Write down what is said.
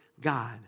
God